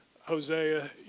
Hosea